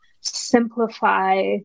simplify